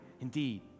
Indeed